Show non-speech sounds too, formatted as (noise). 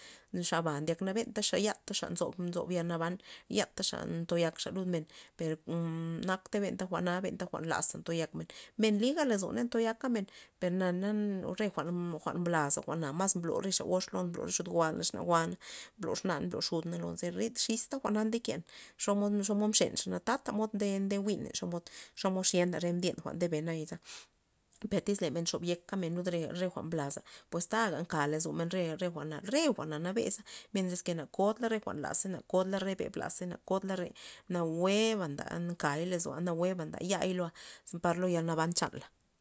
Xa ba ndyak na benta xa ya ta nzob- zob yal naban yataxa nto yakxa men per (hesitation) nakta benta jwa'na benta jwa'n laza ntoyak men, men nliga lozo mena ntoyaka men per na re jwa'n jwa'n blaza jwa'na masblo re xa gox lon bro xudgo'ana exna go'ana mblo exna blo xudna ze rid xista jwa'na ndeken xomod mxenxana tata mod nde nde jwi'n len xomod xyena re mbyen bdebe naya za per tyz men xob yek men lud re jwa'n laza pues taja nka lozomen re jwa'na re jwa'na nabe za mientras na kodlare re jwa'n lazey na kodla re' beb lazey na kod la re nawue nda nkay lozo nawueba yai loa' par lo yal ban chanla.